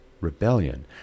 rebellion